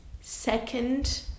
second